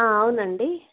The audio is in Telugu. అవునండి